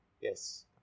Yes